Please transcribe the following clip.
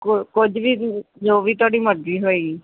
ਕੁ ਕੁਝ ਵੀ ਜੋ ਵੀ ਤੁਹਾਡੀ ਮਰਜ਼ੀ ਹੋਈ